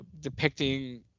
depicting